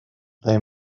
they